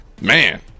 man